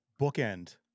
bookend